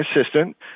assistant